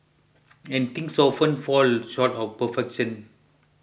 and things often fall short of perfection